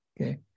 okay